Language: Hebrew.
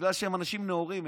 בגלל שהם אנשים נאורים,